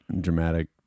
dramatic